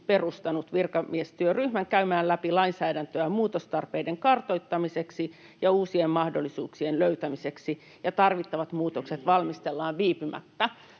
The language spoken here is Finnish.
perustanut virkamiestyöryhmän käymään läpi lainsäädäntöä muutostarpeiden kartoittamiseksi ja uusien mahdollisuuksien löytämiseksi. [Juha Mäenpää: Milloin?] Tarvittavat muutokset valmistellaan viipymättä.”